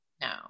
No